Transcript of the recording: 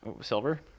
Silver